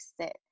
sit